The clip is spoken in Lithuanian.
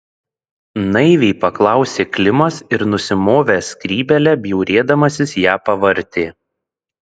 naiviai paklausė klimas ir nusimovęs skrybėlę bjaurėdamasis ją pavartė